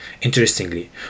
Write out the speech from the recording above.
Interestingly